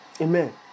Amen